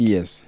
Yes